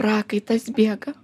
prakaitas bėga